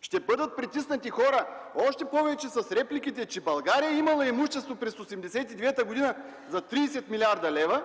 Ще бъдат притиснати хора, още повече с репликите, че България имала имущество през 1989 г. за 30 млрд. лв.,